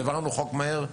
העברנו חוק מהר,